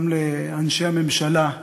גם לאנשי הממשלה,